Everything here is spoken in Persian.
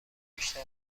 بیشتر